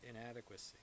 inadequacy